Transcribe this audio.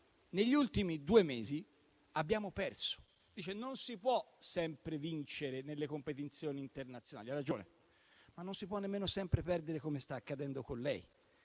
negli ultimi due mesi abbiamo perso. Lei dice che non si può sempre vincere nelle competizioni internazionali. Ha ragione. Ma non si può nemmeno sempre perdere, come sta accadendo con lei.